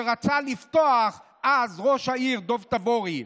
שרצה לפתוח אז ראש העיר דב תבורי,